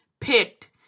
picked